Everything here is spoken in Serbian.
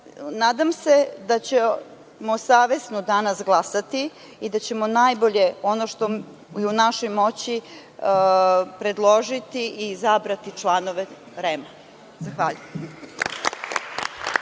se da ćemo savesno danas glasati i da ćemo najbolje, ono što je u našoj moći, predložiti i izabrati članove REM. Zahvaljujem.